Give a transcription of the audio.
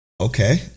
okay